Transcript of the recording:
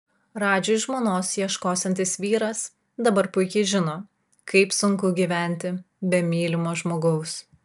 radžiui žmonos ieškosiantis vyras dabar puikiai žino kaip sunku gyventi be mylimo žmogaus